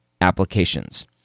applications